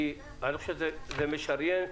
כי אני חושב שזה משריין,